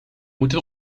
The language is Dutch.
moeten